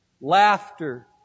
Laughter